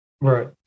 Right